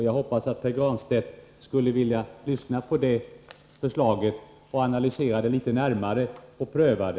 Jag hoppas att Pär Granstedt vill lyssna på det förslaget och analysera och pröva det litet närmare.